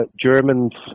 Germans